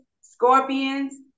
scorpions